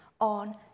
on